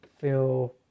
feel